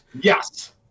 Yes